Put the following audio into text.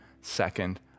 second